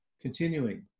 Continuing